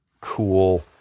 cool